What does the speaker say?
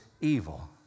evil